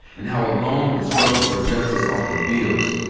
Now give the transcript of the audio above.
and how alone the struggle for justice often feels.